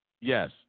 Yes